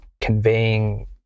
conveying